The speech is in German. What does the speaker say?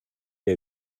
der